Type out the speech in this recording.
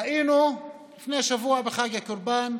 ראינו לפני שבוע, בחג הקורבן,